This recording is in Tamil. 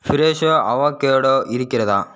ஃப்ரெஷோ அவோகேடோ இருக்கிறதா